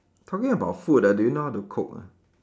talking about food ah do you know how to cook ah